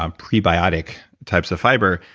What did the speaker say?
um prebiotic types of fiber,